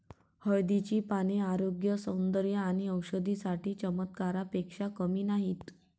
हळदीची पाने आरोग्य, सौंदर्य आणि औषधी साठी चमत्कारापेक्षा कमी नाहीत